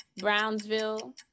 brownsville